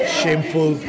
shameful